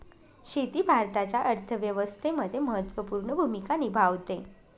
शेती भारताच्या अर्थव्यवस्थेमध्ये महत्त्वपूर्ण भूमिका निभावते